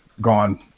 gone